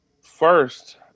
first